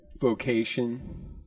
vocation